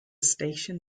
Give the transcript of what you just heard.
station